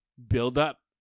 Build-up